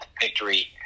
victory